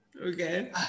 okay